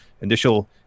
initial